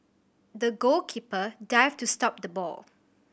the goalkeeper dived to stop the ball